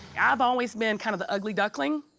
i've always been kind of an ugly duckling.